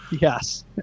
Yes